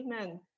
amen